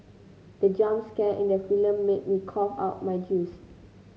the jump scare in the film made me cough out my juice